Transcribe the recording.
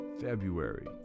February